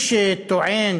מי שטוען